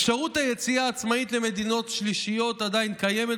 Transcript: "אפשרות היציאה העצמאית למדינות שלישיות עדיין קיימת,